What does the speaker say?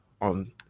on